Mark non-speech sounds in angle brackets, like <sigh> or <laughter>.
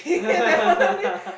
<laughs>